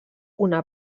una